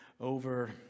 over